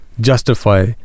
justify